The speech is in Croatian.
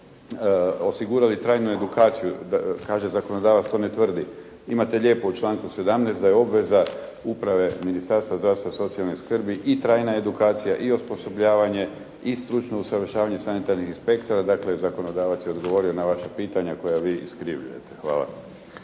osigurali trajnu edukaciju, kaže zakonodavac to ne tvrdi. Imate lijepo u članku 17. da je obveza uprave Ministarstva zdravstva i socijalne skrbi i trajna edukacija i osposobljavanje i stručno usavršavanje sanitarnih inspektora, dakle zakonodavac je odgovorio na vaša pitanja koja vi iskrivljujete. Hvala.